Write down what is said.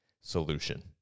solution